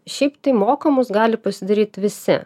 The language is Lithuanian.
šiaip tai mokamus gali pasidaryti visi